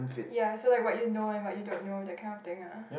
ya so like what you know and what you don't know that kind of thing lah